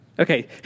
Okay